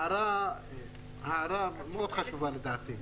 הערה מאוד חשובה לדעתי.